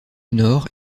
nord